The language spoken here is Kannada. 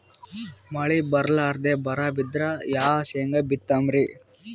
ಮಳಿ ಬರ್ಲಾದೆ ಬರಾ ಬಿದ್ರ ಯಾ ಶೇಂಗಾ ಬಿತ್ತಮ್ರೀ?